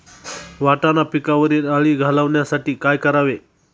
वाटाणा पिकावरील अळी घालवण्यासाठी काय करावे?